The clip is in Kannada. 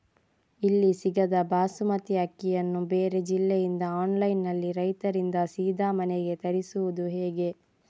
ಇಲ್ಲಿ ಸಿಗದ ಬಾಸುಮತಿ ಅಕ್ಕಿಯನ್ನು ಬೇರೆ ಜಿಲ್ಲೆ ಇಂದ ಆನ್ಲೈನ್ನಲ್ಲಿ ರೈತರಿಂದ ಸೀದಾ ಮನೆಗೆ ತರಿಸುವುದು ಹೇಗೆ?